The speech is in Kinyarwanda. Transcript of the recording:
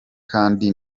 kandi